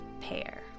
pair